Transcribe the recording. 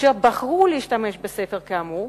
אשר בחרו להשתמש בספר כאמור,